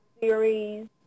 series